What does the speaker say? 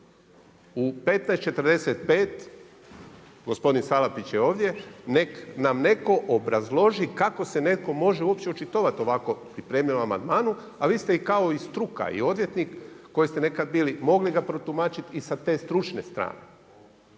u 15,45 gospodin Salapić je ovdje, nek nam netko obrazloži kako se netko može uopće očitovati ovako …/Govornik se ne razumije./… amandmanu. A vi ste kao i struka i odvjetnik, koji ste nekad bili, mogli ga protumačiti i sa te stručne strane.